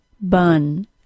bun